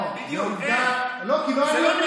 הנתון הוא נתון